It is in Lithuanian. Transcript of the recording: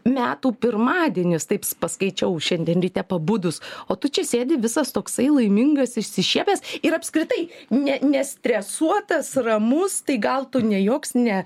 metų pirmadienis taips paskaičiau šiandien ryte pabudus o tu čia sėdi visas toksai laimingas išsišiepęs ir apskritai ne nestresuotas ramus tai gal tu ne joks ne